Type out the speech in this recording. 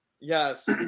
Yes